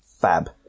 fab